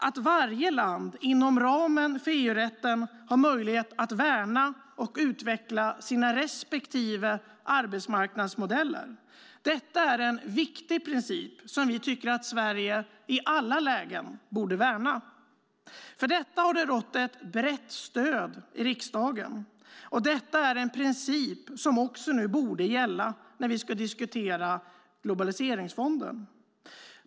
Att varje land inom ramen för EU-rätten har möjlighet att värna och utveckla sina respektive arbetsmarknadsmodeller är en viktig princip som vi tycker att Sverige i alla lägen borde värna. För detta har det rått ett brett stöd i riksdagen, och det är en princip som borde gälla också nu när vi ska diskutera globaliseringsfonden.